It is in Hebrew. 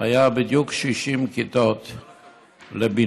היה בדיוק 60 כיתות לבינוי.